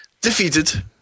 defeated